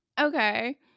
Okay